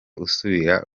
usubira